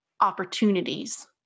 opportunities